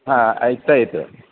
हां ऐकता येतं